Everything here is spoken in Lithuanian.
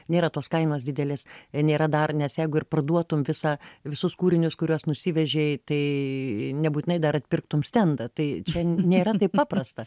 nėra tos kainos didelės nėra dar nes jeigu ir parduotum visą visus kūrinius kuriuos nusivežei tai nebūtinai dar atpirktum stendą tai čia nėra taip paprasta